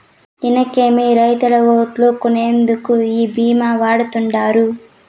ఇనకేమి, రైతుల ఓట్లు కొనేందుకు ఈ భీమా వాడతండాడు